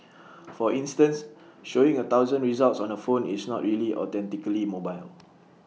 for instance showing A thousand results on A phone is not really authentically mobile